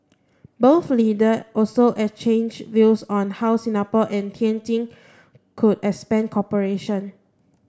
both leaders also exchanged views on how Singapore and Tianjin could expand cooperation